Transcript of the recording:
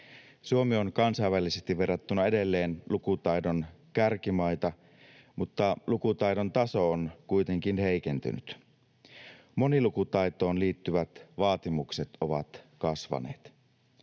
Suomi on kansainvälisesti verrattuna edelleen lukutaidon kärkimaita, mutta lukutaidon taso on kuitenkin heikentynyt. Monilukutaitoon liittyvät vaatimukset ovat kasvaneet.